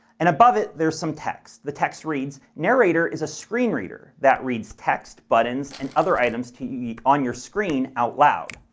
and above it, there is some text. the text reads narrator is a screen reader that reads text, buttons, and other items yeah on your screen out loud.